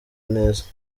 neza